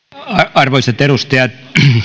arvoisat edustajat